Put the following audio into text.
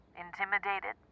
Intimidated